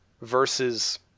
versus